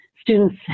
students